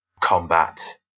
combat